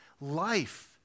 life